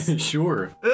Sure